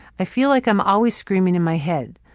i feel like i'm always screaming in my head,